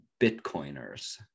Bitcoiners